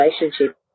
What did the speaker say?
relationship